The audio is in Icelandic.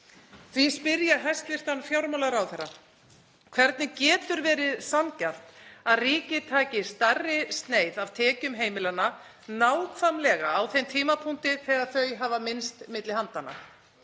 Því spyr ég hæstv. fjármálaráðherra: Hvernig getur verið sanngjarnt að ríkið taki stærri sneið af tekjum heimilanna nákvæmlega á þeim tímapunkti þegar þau hafa minnst milli handanna?